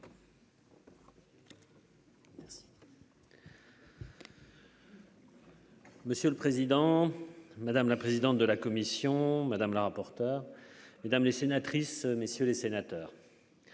Monsieur le président, madame la présidente de la commission madame la rapporteure mesdames les sénatrices, messieurs les sénateurs.